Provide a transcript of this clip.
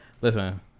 Listen